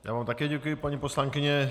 Já vám také děkuji, paní poslankyně.